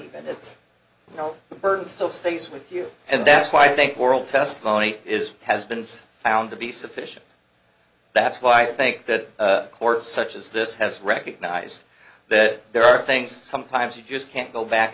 it's you know the burden still stays with you and that's why i think world testimony is has been since found to be sufficient that's why i think that courts such as this has recognized that there are things sometimes you just can't go back